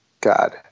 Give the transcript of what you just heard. God